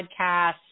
Podcasts